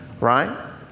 right